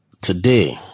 today